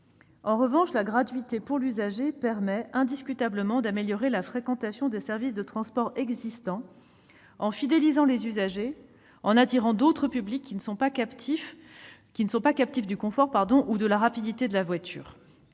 En revanche, la gratuité pour l'usager permet indiscutablement d'améliorer la fréquentation des services de transport existants, en fidélisant certains usagers et en attirant d'autres publics qui ne sont pas captifs du confort ou de la rapidité de la voiture.